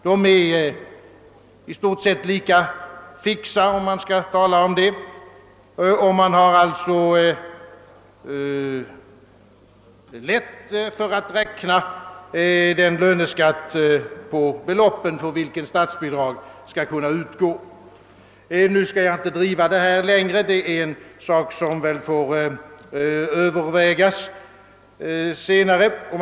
De är i stort sett lika fixa, och det är alltså lätt att räkna ut den löneskatt på beloppen för vilken statsbidrag skall kunna utgå. Jag skall inte driva mitt resonemang längre på denna punkt. Detta problem får väl övervägas vid senare tillfälle.